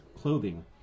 clothing